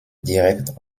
direkt